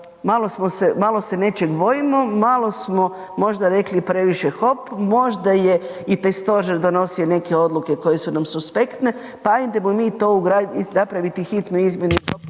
malo se nečeg bojimo, malo smo možda rekli previše hop, možda i taj stožer donosio neke odluke koje su nam suspektne, pa ajdemo mi to ugraditi i napraviti hitnu izmjenu